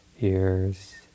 ears